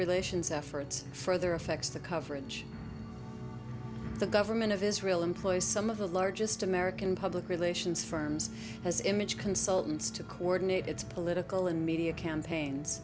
relations efforts further affects the coverage the government of israel employs some of the largest american public relations firms as image consultants to coordinate its political and media campaigns